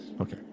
Okay